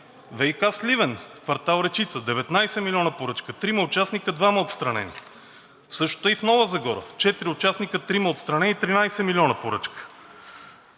ВиК Сливен, квартал „Речица“ – 19 милиона поръчка, трима участника, двама отстранени. Същото е и в Нова Загора, четири участника – трима отстранени, 13 милиона поръчка;